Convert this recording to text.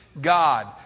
God